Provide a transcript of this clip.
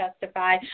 testify